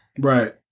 Right